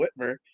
Whitmer